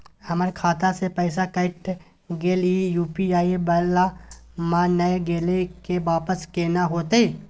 हमर खाता स पैसा कैट गेले इ लेकिन यु.पी.आई वाला म नय गेले इ वापस केना होतै?